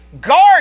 guard